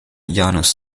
janus